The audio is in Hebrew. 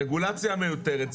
הרגולציה המיותרת,